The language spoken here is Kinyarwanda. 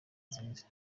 nziza